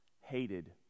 hated